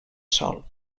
sol